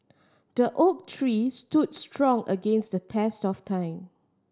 the oak tree stood strong against the test of time